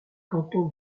canton